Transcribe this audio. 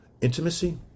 intimacy